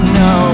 no